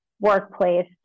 workplace